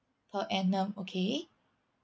per annum okay